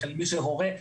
למי שהוא הורה,